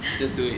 just do it